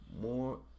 More